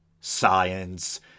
science